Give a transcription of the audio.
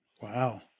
Wow